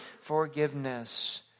forgiveness